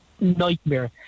nightmare